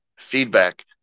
feedback